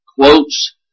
quotes